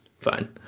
Fine